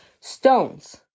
stones